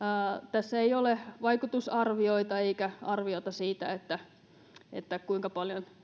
tässä ei ole vaikutusarvioita eikä arviota siitä kuinka paljon